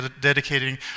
dedicating